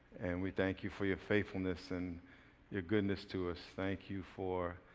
we thank you for your faithfulness and your goodness to us. thank you for